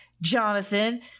Jonathan